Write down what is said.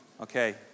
Okay